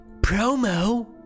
Promo